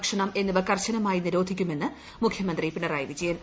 ഭക്ഷണം എന്നിവ കർശനമായി നിരോധിക്കുമെന്ന് മുഖ്യമന്ത്രി പിണറായി വിജയൻ